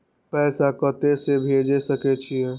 पैसा कते से भेज सके छिए?